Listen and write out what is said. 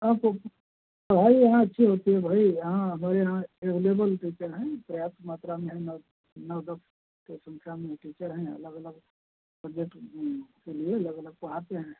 हाँ तो पढ़ाई यहाँ अच्छी होती है भाई यहाँ हमारे यहाँ एवलेबल टीचर हैं पर्याप्त मात्रा में हैं नौ नौ दस के संख्या में यह टीचर हैं अलग अलग प्रोजेक्ट के लिए अलग अलग पढ़ाते हैं